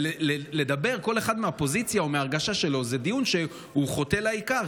לדבר כל אחד מהפוזיציה או מההרגשה שלו זה דיון שהוא חוטא לעיקר,